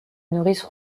nourrice